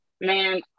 Man